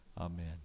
Amen